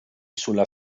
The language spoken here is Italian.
sulla